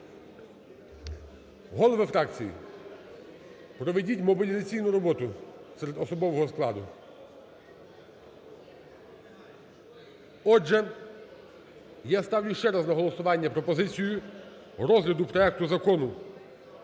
Голови фракцій проведіть мобілізаційну роботу серед особового складу. Отже, я ставлю ще раз на голосування пропозицію розгляду проекту Закону